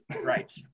Right